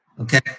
Okay